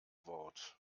wort